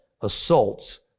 assaults